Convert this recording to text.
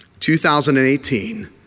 2018